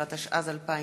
15), התשע"ז 2017,